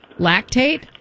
Lactate